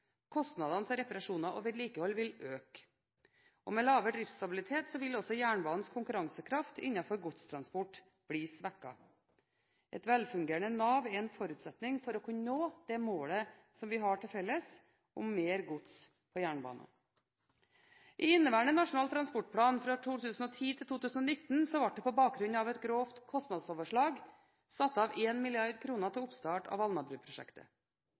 Kostnadene til reparasjoner og vedlikehold vil øke. Med lavere driftsstabilitet vil også jernbanens konkurransekraft innenfor godstransport bli svekket. Et velfungerende nav er en forutsetning for å kunne nå det målet som vi har til felles, om mer gods på jernbanen. I inneværende Nasjonal transportplan 2010–2019 ble det på bakgrunn av et grovt kostnadsoverslag satt av 1 mrd. kr til oppstart av